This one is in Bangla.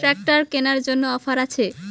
ট্রাক্টর কেনার জন্য অফার আছে?